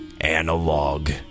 analog